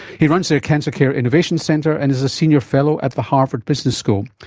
he runs their cancer care innovation centre and is a senior fellow at the harvard business school.